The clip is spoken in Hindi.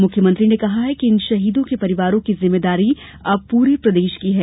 मुख्यमंत्री ने कहा है कि इन शहीदों के परिवारों की जिम्मेवारी अब पूरे प्रदेश की है